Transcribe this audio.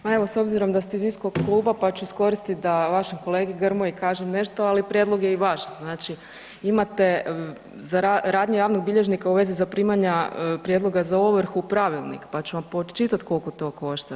Pa evo, s obzirom da ste iz istog kluba pa ću iskoristiti da vašem kolegi Grmoji kažem nešto ali prijedlog je i vaš, znači imate za rad javnog bilježnika u vezi za primanja prijedloga za ovrhu pravilnik pa ću vam pročitat koliko to košta.